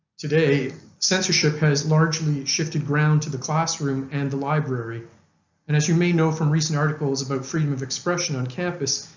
today censorship has largely shifted ground to the classroom and the library and as you may know from recent articles about freedom of expression on campus,